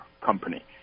company